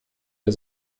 der